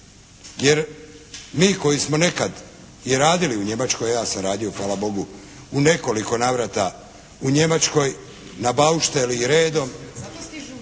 jer mi koji smo nekad i radili u Njemačkoj, a ja sam radio hvala Bogu u nekoliko navrata u Njemačkoj na baušteli i redom.